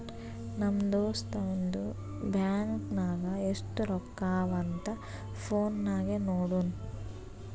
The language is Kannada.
ನಮ್ ದೋಸ್ತ ಅವಂದು ಬ್ಯಾಂಕ್ ನಾಗ್ ಎಸ್ಟ್ ರೊಕ್ಕಾ ಅವಾ ಅಂತ್ ಫೋನ್ ನಾಗೆ ನೋಡುನ್